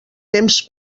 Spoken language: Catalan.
temps